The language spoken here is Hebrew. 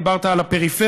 דיברת על הפריפריה,